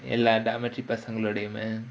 எல்லா:ellaa dormitory பசங்கலோடையுமா:pasangalodaiyumaa